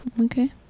Okay